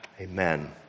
Amen